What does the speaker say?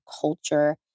culture